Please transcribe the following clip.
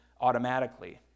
automatically